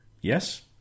Yes